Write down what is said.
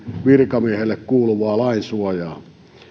virkamiehille kuuluvaa lainsuojaa